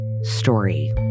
story